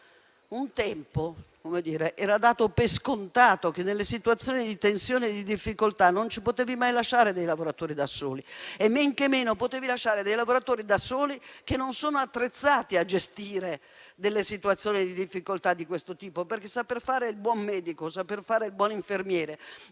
Un tempo era dato per scontato che nelle situazioni di tensione e di difficoltà non si potevano mai lasciare dei lavoratori da soli; men che meno si potevano lasciare da soli lavoratori che non sono attrezzati a gestire situazioni di difficoltà di questo tipo. Saper fare il buon medico o il buon infermiere